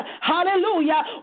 hallelujah